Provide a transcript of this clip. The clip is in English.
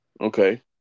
Okay